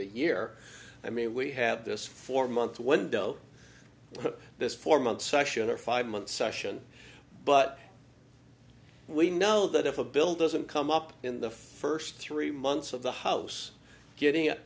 the year i mean we have this four month window this four month session a five month session but we know that if a bill doesn't come up in the first three months of the house getting it